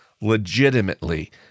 legitimately